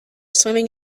swimming